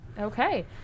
Okay